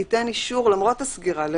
ייתן אישור לעובד